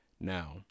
Now